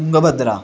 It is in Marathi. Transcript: तुंगभद्रा